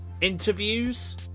interviews